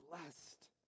blessed